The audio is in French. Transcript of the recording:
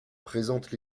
présente